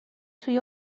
توی